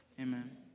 Amen